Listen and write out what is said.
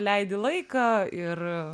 leidi laiką ir